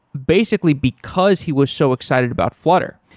basically because he was so excited about flutter.